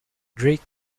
drake